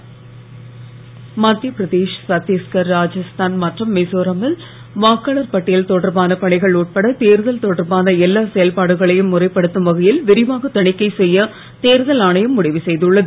தேர்தல் ஆணையம் மத்திய பிரதேஷ் சத்தீஸ்கர் ராஜஸ்தான் மற்றும் மிசோராமில் வாக்காளர் பட்டியல் தொடர்பான பணிகள் உட்பட தேர்தல் தொடர்பான எல்லா செயல்பாடுகளையும் முறைப்படுத்தும் வகையில் விரிவாக தணிக்கை செய்ய தேர்தல் ஆணையம் முடிவு செய்துள்ளது